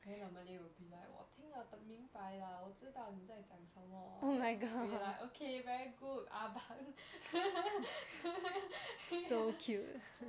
then normally will be like 我听了的明白 ah 我知道你在讲什么 then we like okay very good abang